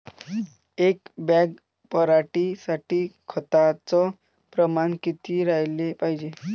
एक बॅग पराटी साठी खताचं प्रमान किती राहाले पायजे?